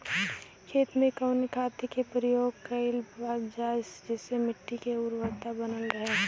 खेत में कवने खाद्य के प्रयोग कइल जाव जेसे मिट्टी के उर्वरता बनल रहे?